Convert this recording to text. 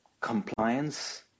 compliance